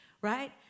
Right